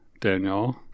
Daniel